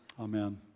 Amen